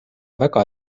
väga